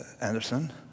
Anderson